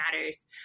matters